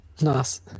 Nice